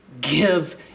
Give